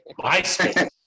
MySpace